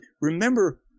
remember